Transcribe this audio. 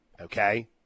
Okay